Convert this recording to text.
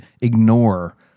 ignore